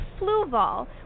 Fluval